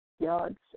yards